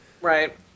Right